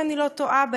אם אני לא טועה,